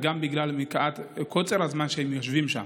וגם מפאת קוצר הזמן שבו הם יושבים שם,